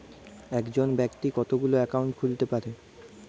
একজন ব্যাক্তি কতগুলো অ্যাকাউন্ট খুলতে পারে?